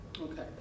Okay